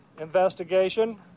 investigation